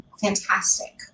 Fantastic